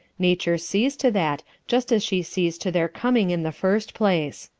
nature sees to that, just as she sees to their coming in the first place.